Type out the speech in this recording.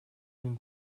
энэ